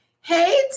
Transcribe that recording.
Hey